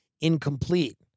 incomplete